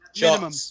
Minimum